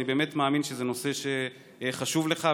אני באמת מאמין שזה נושא שחשוב לך,